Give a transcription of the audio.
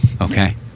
Okay